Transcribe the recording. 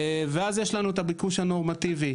ואז יש לנו את הביקוש הנורמטיבי,